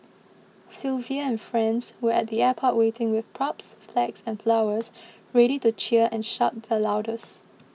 Sylvia and friends were at the airport waiting with props flags and flowers ready to cheer and shout the loudest